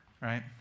Right